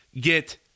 get